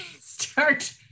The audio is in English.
start